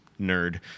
nerd